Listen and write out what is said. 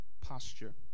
posture